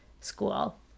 school